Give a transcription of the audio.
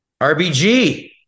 RBG